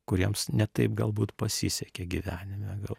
kuriems ne taip galbūt pasisekė gyvenime gal